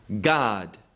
God